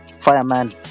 fireman